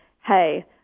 Hey